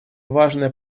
важное